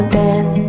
death